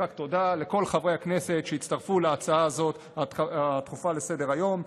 תודה לכל חברי הכנסת שהצטרפו להצעה הדחופה הזאת לסדר-היום,